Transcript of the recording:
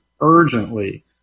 urgently